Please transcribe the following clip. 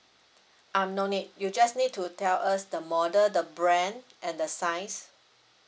um no need you just need to tell us the model the brand and the size